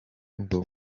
ubu